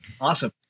Awesome